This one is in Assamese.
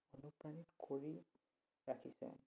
অনুপ্ৰাণিত কৰি ৰাখিছে